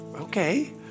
okay